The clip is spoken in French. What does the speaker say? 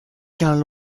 qu’un